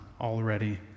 already